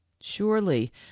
Surely